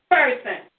person